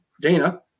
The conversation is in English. Dana